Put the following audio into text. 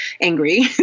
angry